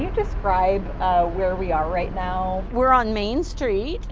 describe where we are right now? we're on main street.